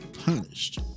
punished